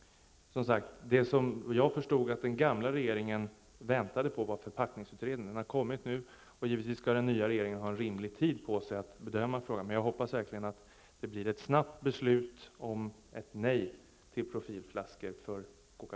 Vad den gamla regeringen efter vad jag förstod väntade på var förpackningsutredningen, och den har nu lagt fram sitt betänkande. Givetvis skall den nya regeringen ha rimlig tid på sig för att bedöma frågan, men jag hoppas verkligen att det blir ett snabbt beslut om ett nej till profilflaskor för Coca